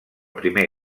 primer